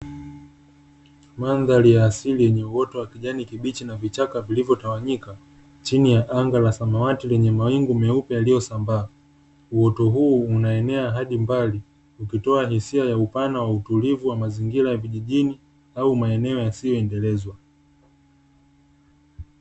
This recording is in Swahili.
Mandhari ya asili yenye uoto wa kijani kibichi na vichaka vilivyotawanyika, chini ya anga la samawati lenye mawingu meupe yaliyosambaa. Uoto huu unaenea hadi mbali, ukitoa hisia ya upana wa utulivu wa mazingira ya vijijini au maeneo yasiyoendelezwa.